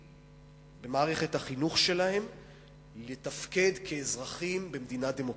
במערכת החינוך שלהם כלים לתפקד כאזרחים במדינה דמוקרטית.